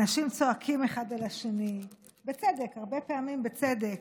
אנשים צועקים אחד על השני, בצדק, הרבה פעמים בצדק.